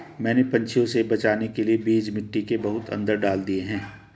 मैंने पंछियों से बचाने के लिए बीज मिट्टी के बहुत अंदर डाल दिए हैं